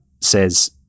says